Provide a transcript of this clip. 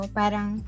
parang